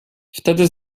wtedy